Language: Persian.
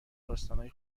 داستانای